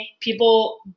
people